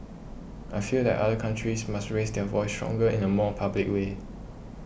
I feel that other countries must raise their voice stronger in a more public way